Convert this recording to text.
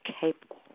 capable